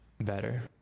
better